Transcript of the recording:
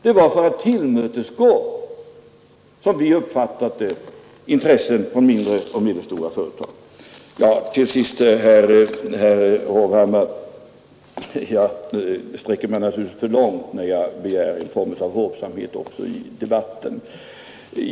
Det var för att tillmötesgå — så har vi uppfattat det — även intressen från mindre och medelstora företag. Till sist, herr Hovhammar, jag sträcker mig naturligtvis för långt när jag begär en form av hovsamhet också i debatten.